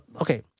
Okay